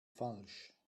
falsch